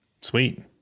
sweet